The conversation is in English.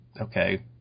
okay